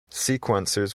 sequencers